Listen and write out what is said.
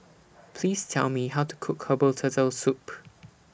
Please Tell Me How to Cook Herbal Turtle Soup